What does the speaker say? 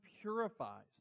purifies